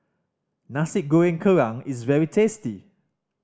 Nasi Goreng Kerang is very tasty